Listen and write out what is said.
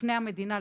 לפני המדינה,